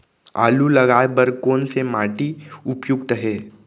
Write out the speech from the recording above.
आलू लगाय बर कोन से माटी उपयुक्त हे?